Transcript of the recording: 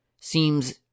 seems